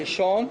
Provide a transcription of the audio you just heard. הראשון,